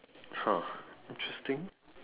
!huh! interesting